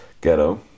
ghetto